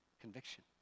conviction